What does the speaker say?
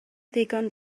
ddigon